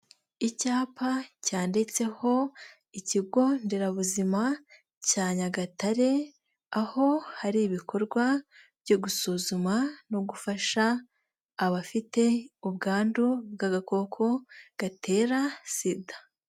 Icyapa cyanditseho ikigo nderabuzima cya Nyagatare, aho hari ibikorwa byo gusuzuma no ugufasha abafite ubwandu bw'agakoko gatera sida.